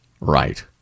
Right